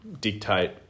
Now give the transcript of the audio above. dictate